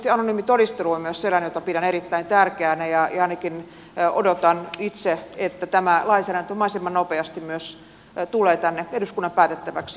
erityisesti anonyymi todistelu on myös sellainen jota pidän erittäin tärkeänä ja ainakin odotan itse että tämä lainsäädäntö mahdollisimman nopeasti myös tulee tänne eduskunnan päätettäväksi